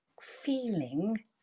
feeling